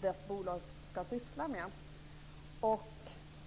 dess bolag skall syssla med.